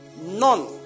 none